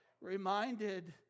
reminded